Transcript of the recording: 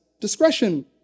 discretion